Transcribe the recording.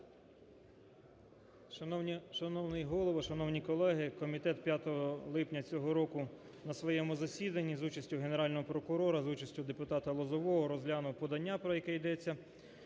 Шановний Голово! Шановні колеги! Комітет 5 липня цього року на своєму засіданні за участю Генерального прокурора, за участю депутата Лозового, розглянув подання, про яке йдеться.